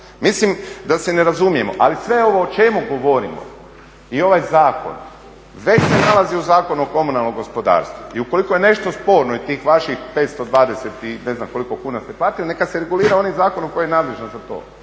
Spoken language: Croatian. Mislim da se ne razumijemo ali sve ovo o čemu govorimo i ovaj zakon već se nalazi u Zakonu o komunalnom gospodarstvu. I ukoliko je nešto sporno i tih vaših 520 i ne znam koliko kuna ste platili neka se regulira onim zakonom koji je nadležan za to